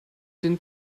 den